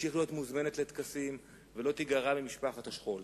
תמשיך להיות מוזמנת לטקסים ולא תיגרע ממשפחת השכול.